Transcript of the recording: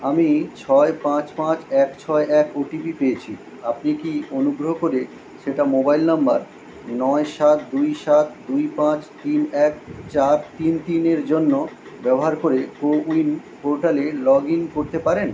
আমি ছয় পাঁচ পাঁচ এক ছয় এক ও টি পি পেয়েছি আপনি কি অনুগ্রহ করে সেটা মোবাইল নম্বর নয় সাত দুই সাত দুই পাঁচ তিন এক চার তিন তিনের জন্য ব্যবহার করে কো উইন পোর্টালে লগ ইন করতে পারেন